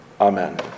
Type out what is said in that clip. Amen